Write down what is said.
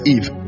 Eve